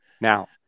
Now